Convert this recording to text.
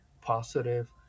positive